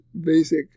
basic